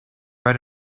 red